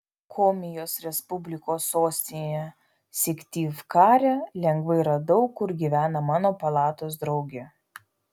komijos respublikos sostinėje syktyvkare lengvai radau kur gyvena mano palatos draugė